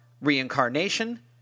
Reincarnation